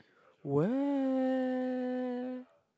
what